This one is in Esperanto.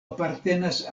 apartenas